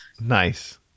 Nice